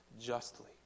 justly